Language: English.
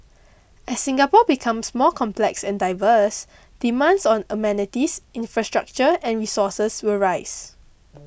as Singapore becomes more complex and diverse demands on amenities infrastructure and resources will rise